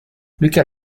lucas